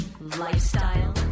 lifestyle